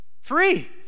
Free